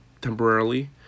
temporarily